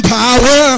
power